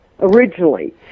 originally